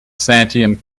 santiam